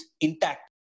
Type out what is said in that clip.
intact